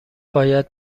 باید